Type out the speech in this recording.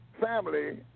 family